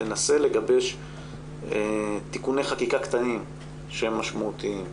ננסה לגבש תיקוני חקיקה קטנים שהם משמעותיים,